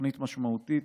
תוכנית משמעותית,